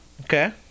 Okay